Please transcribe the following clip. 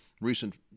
recent